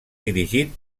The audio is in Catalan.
dirigit